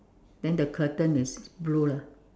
then the curtain is blue lah